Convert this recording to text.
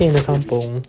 stay in the kampung